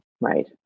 Right